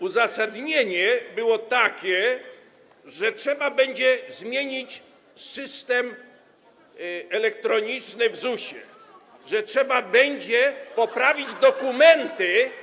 Uzasadnienie było takie, że trzeba będzie zmienić system elektroniczny w ZUS-ie, że trzeba będzie poprawić dokumenty.